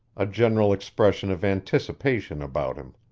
a general expression of anticipation about him.